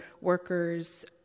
workers